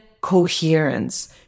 coherence